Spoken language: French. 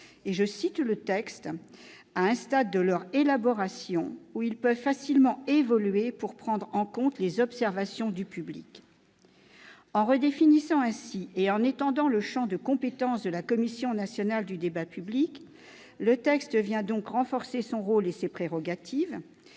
en amont « à un stade de leur élaboration, où ils peuvent facilement évoluer pour prendre en compte les observations du public.